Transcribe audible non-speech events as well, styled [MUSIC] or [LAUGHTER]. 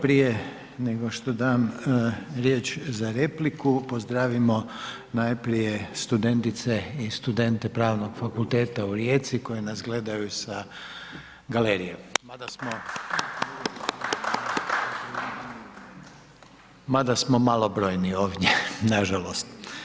Prije nego što dam riječ za repliku, pozdravimo najprije studentice i studente Pravnog fakulteta u Rijeci koji nas gledaju sa galerije mada smo, ... [UNINTELLIGIBLE] [APPLAUSE] mada smo malobrojni ovdje, nažalost.